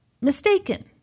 mistaken